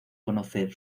conocer